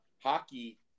hockey